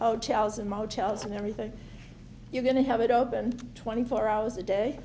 hotels and motels and everything you're going to have it open twenty four hours a day